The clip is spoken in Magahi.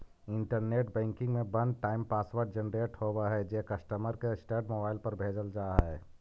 इंटरनेट बैंकिंग में वन टाइम पासवर्ड जेनरेट होवऽ हइ जे कस्टमर के रजिस्टर्ड मोबाइल पर भेजल जा हइ